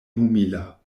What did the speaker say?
humila